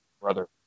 brother